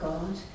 God